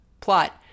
plot